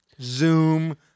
Zoom